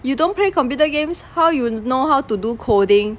you don't play computer games how you know how to do coding